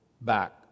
back